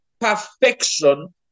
perfection